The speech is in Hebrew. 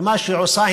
ומה שהיא עושה,